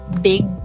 big